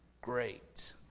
great